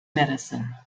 medicine